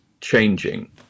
changing